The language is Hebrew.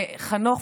הוא חנוך.